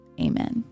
amen